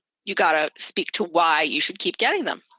you've got to speak to why you should keep getting them.